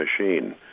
machine